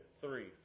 three